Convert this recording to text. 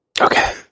Okay